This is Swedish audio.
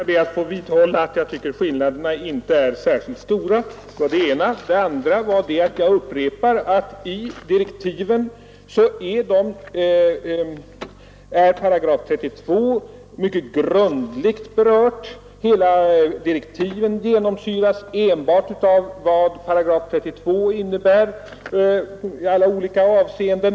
Herr talman! Jag vidhåller att jag tycker att skillnaderna inte är särskilt stora. Det var det ena jag ville säga. Det andra är att i direktiven är § 32 mycket grundligt berörd. Direktiven genomsyras enbart av vad § 32 innebär i alla olika avseenden.